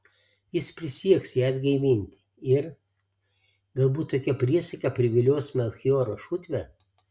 jis prisieks ją atgaivinti ir galbūt tokia priesaika privilios melchioro šutvę